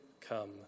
come